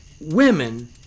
women